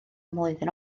mlwyddyn